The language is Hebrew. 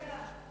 לאיזו ועדה?